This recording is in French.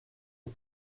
aux